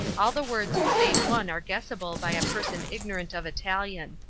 all the words save one are guessable by a person ignorant of italian